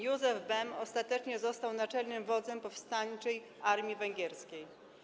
Józef Bem ostatecznie został naczelnym wodzem powstańczej armii węgierskiej.